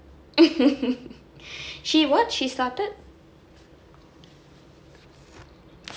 she what she started